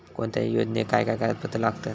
कोणत्याही योजनेक काय काय कागदपत्र लागतत?